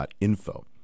info